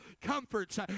comforts